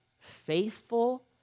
faithful